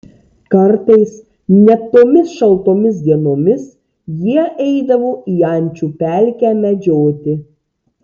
kartais net tomis šaltomis dienomis jie eidavo į ančių pelkę medžioti